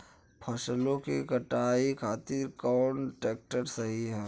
फसलों के कटाई खातिर कौन ट्रैक्टर सही ह?